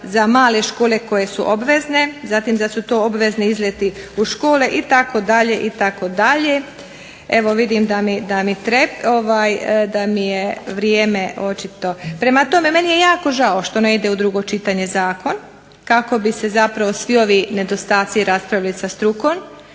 za male škole koje su obvezne zatim da su to obvezni izleti u školi itd. Evo vidim da mi je vrijeme očito. Prema tome meni je jako žao što ne ide u drugo čitanje zakon kako bi se zapravo svi ovi nedostaci raspravili sa strukom.